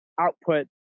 output